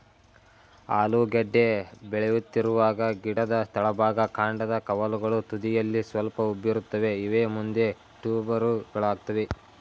ಆಲೂಗೆಡ್ಡೆ ಬೆಳೆಯುತ್ತಿರುವಾಗ ಗಿಡದ ತಳಭಾಗ ಕಾಂಡದ ಕವಲುಗಳು ತುದಿಯಲ್ಲಿ ಸ್ವಲ್ಪ ಉಬ್ಬಿರುತ್ತವೆ ಇವೇ ಮುಂದೆ ಟ್ಯೂಬರುಗಳಾಗ್ತವೆ